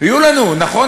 יהיו לנו, נכון?